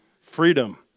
Freedom